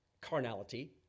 carnality